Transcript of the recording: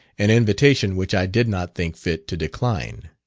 an invitation which i did not think fit to decline.